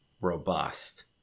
robust